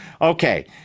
okay